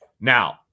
Now